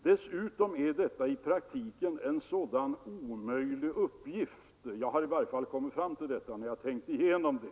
Dessutom är detta i praktiken en omöjlig uppgift — jag har i varje fall kommit fram till den slutsatsen när jag tänkt igenom det.